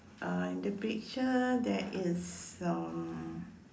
uh in the picture there is um